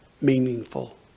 meaningful